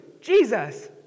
Jesus